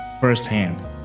firsthand